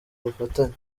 ubufatanye